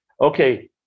Okay